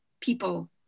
people